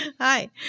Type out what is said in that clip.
Hi